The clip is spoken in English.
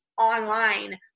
online